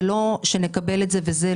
ולא שנקבל את זה ככה,